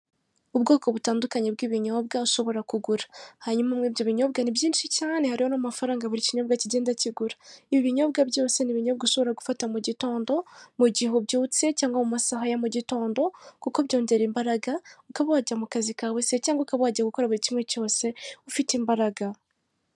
Ubwoko butandukanye bw'ibinyobwa ushobora kugura, hanyuma mu ibyo binyobwa ni byinshi cyane hariho n'amafaranga buri kinyobwa kigenda kigura. Ibi binyobwa byose ni ibinyobwa ushobora gufata mu gitondo mugihe ubyutse cyangwa mu saha ya mu gitondo kuko byongera imbaraga, ukaba wajya mukazi kawe se cyangwa ukaba wajya gukora buri kimwe cyose ufite imbaraga.